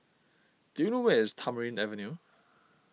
do you know where is Tamarind Avenue